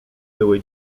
były